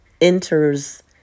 enters